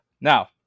Now